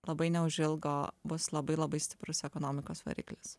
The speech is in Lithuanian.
labai neužilgo bus labai labai stiprus ekonomikos variklis